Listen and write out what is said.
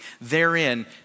therein